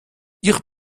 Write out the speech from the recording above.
ich